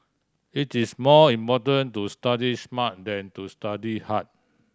it is more important to study smart than to study hard